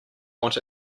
want